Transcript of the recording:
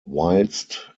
whilst